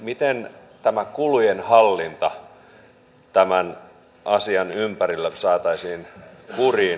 miten tämä kulujen hallinta tämän asian ympärillä saataisiin kuriin